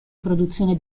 produzione